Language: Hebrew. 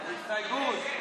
הסתייגות.